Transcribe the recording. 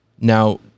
Now